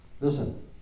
Listen